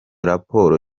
raporo